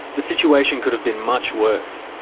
the situation could have been much worse.